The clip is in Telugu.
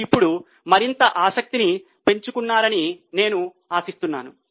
మీరు ఇప్పుడు మరింత ఆసక్తిని పెంచుకున్నారని నేను ఆశిస్తున్నాను